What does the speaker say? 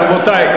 רבותי,